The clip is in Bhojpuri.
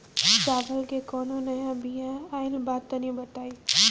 चावल के कउनो नया बिया आइल बा तनि बताइ?